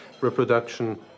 reproduction